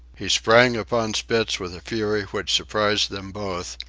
he sprang upon spitz with a fury which surprised them both,